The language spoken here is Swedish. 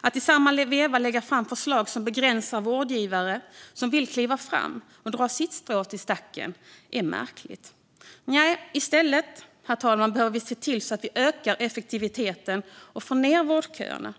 Att i samma veva lägga fram förslag som begränsar vårdgivare som vill kliva fram och dra sitt strå till stacken är märkligt. Nej, herr talman, i stället behöver vi se till att vi ökar effektiviteten och får ned vårdköerna.